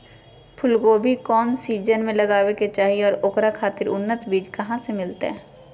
फूलगोभी कौन सीजन में लगावे के चाही और ओकरा खातिर उन्नत बिज कहा से मिलते?